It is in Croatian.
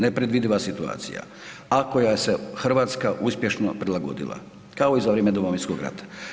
Nepredvidiva situacija, a koja se Hrvatska uspješno prilagodila kao i za vrijeme Domovinskog rata.